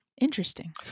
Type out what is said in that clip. Interesting